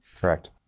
Correct